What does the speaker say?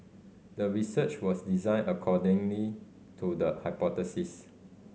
the research was designed accordingly to the hypothesis